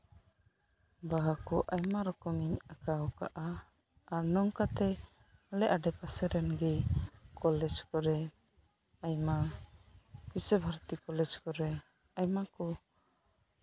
ᱵᱟᱦᱟ ᱠᱚ ᱟᱭᱢᱟ ᱨᱚᱠᱚᱢᱤᱧ ᱟᱸᱠᱟᱣ ᱠᱟᱜᱼᱟ ᱟᱨ ᱱᱚᱝᱠᱟᱛᱮ ᱟᱞᱮ ᱟᱰᱮᱯᱟᱥᱮ ᱨᱮᱱ ᱜᱮ ᱠᱚᱞᱮᱡ ᱠᱚᱨᱮ ᱟᱭᱢᱟ ᱵᱤᱥᱥᱤᱼᱵᱷᱟᱨᱚᱛᱤ ᱠᱚᱞᱮᱡ ᱠᱚᱨᱮ ᱟᱭᱢᱟ ᱠᱚ